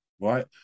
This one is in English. right